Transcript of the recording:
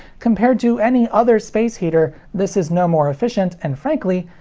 compared to any other space heater, this is no more efficient and frankly,